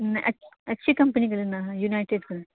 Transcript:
نہیں اچھی کمپنی کا لینا ہے یونائیٹیڈ کا